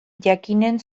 jakinen